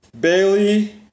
Bailey